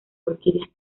orquídeas